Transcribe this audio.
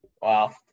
Wow